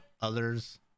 others